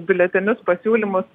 biuletenius pasiūlymus